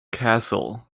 castle